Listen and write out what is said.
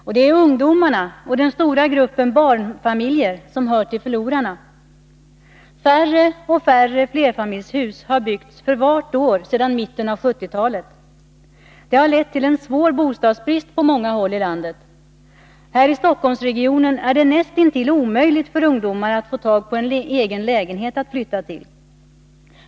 Och det är ungdomarna och den stora gruppen barnfamiljer som hör till förlorarna. Färre och färre flerfamiljshus har byggts för vart år sedan mitten av 1970-talet. Det harlett till en svår bostadsbrist på många håll i landet. Här i Stockholmsregionen är det näst intill omöjligt för ungdomar att få tag på en egen lägenhet att flytta till.